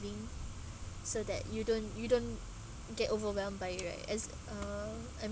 so that you don't you don't get overwhelmed by it right as uh